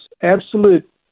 absolute